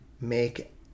make